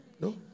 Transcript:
No